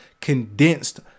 condensed